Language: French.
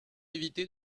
éviter